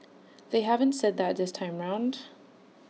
they haven't said that this time round